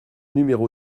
numéro